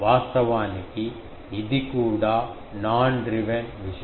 వాస్తవానికి ఇది కూడా నాన్ డ్రీవెన్ విషయం